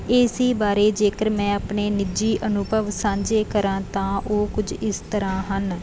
ਏ C ਬਾਰੇ ਜੇਕਰ ਮੈਂ ਆਪਣੇ ਨਿੱਜੀ ਅਨੁਭਵ ਸਾਂਝੇ ਕਰਾਂ ਤਾਂ ਉਹ ਕੁਝ ਇਸ ਤਰ੍ਹਾਂ ਹਨ